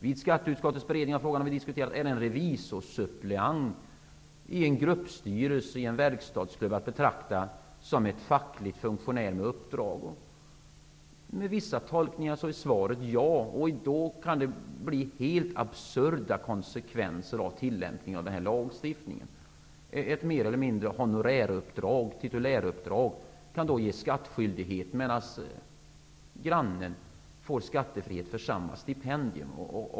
Vid skatteutskottets beredning av frågan har vi diskuterat om en revisorssuppleant i en gruppstyrelse i en verkstadsklubb är att betrakta som en facklig funktionär med uppdrag. Med vissa tolkningar är svaret ja, och då kan tillämpningen av den här lagstiftningen få helt absurda konsekvenser. Ett honoräruppdrag eller tituläruppdrag kan då innebära skattskyldighet, medan grannen får skattefrihet för samma stipendium.